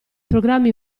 programmi